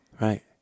right